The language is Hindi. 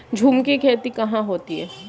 झूम की खेती कहाँ होती है?